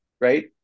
right